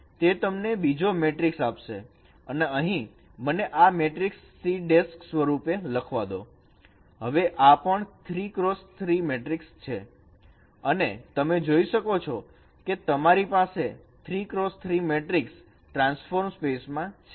તે તમને બીજો મેટ્રિક્સ આપશે અને અહીં મને આ મેટ્રિકસ C સ્વરૂપે લખવા દો હવે આ પણ 3 x 3 મેટ્રિક્સ છે અને તમે જોઈ શકો છો કે તમારી પાસે 3x3 મેટ્રિકસ ટ્રાન્સફોર્મ સ્પેસ માં છે